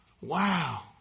Wow